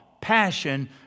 passion